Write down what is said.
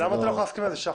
למה אתה לא יכול להסכים לזה?